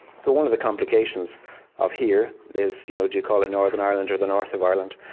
so one of the complications of here is, you know do you call it northern ireland or the north of ireland?